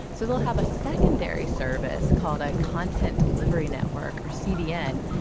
so they'll have a secondary service, called a content delivery network or cdn,